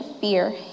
fear